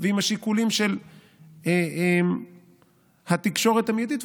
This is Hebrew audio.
ועם השיקולים של התקשורת המיידית,